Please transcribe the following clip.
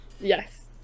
Yes